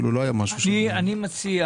אני מציע